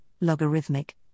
logarithmic